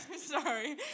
Sorry